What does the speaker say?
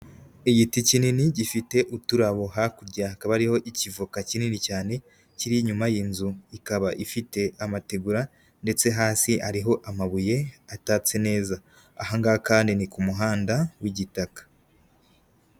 Igiti kinini gifite uturabo hakurya hakaba hariho ikivoka kinini cyane kiri inyuma y'inzu, ikaba ifite amategura ndetse hasi hariho amabuye atatse neza, aha ngaha kandi ni ku muhanda w'igitaka.